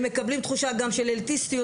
הם מקבלים תחושה גם של אליטיסטיות,